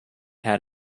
had